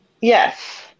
Yes